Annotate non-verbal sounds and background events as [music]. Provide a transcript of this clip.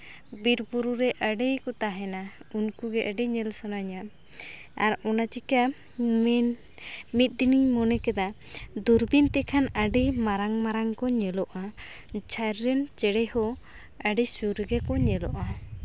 ᱵᱤᱨᱼᱵᱩᱨᱩ ᱨᱮ ᱟᱹᱰᱤ ᱠᱚ ᱛᱟᱦᱮᱱᱟ ᱩᱱᱠᱩᱜᱮ ᱟᱹᱰᱤ ᱧᱮᱞ ᱥᱟᱱᱟᱧᱟ ᱟᱨ ᱚᱱᱟ ᱪᱤᱠᱟᱹ [unintelligible] ᱢᱤᱫ ᱫᱤᱱᱤᱧ ᱢᱚᱱᱮ ᱠᱮᱫᱟ ᱫᱩᱨᱵᱤᱱ ᱛᱮᱠᱷᱟᱱ ᱟᱹᱰᱤ ᱢᱟᱨᱟᱝ ᱢᱟᱨᱟᱝ ᱠᱚ ᱧᱮᱞᱚᱜᱼᱟ ᱡᱷᱟᱹᱞ ᱨᱮᱱ ᱪᱮᱬᱮ ᱦᱚᱸ ᱟᱹᱰᱤ ᱥᱩᱨ ᱨᱮᱜᱮ ᱠᱚ ᱧᱮᱞᱚᱜᱼᱟ